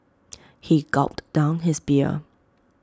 he gulped down his beer